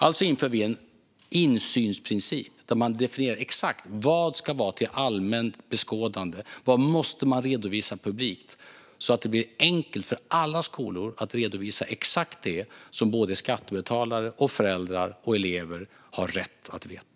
Därför inför vi en insynsprincip där det definieras exakt vad som ska finnas till allmänt beskådande och vad som måste redovisas publikt så att det blir enkelt för alla skolor att redovisa exakt det som skattebetalare, föräldrar och elever har rätt att veta.